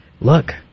look